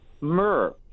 myrrh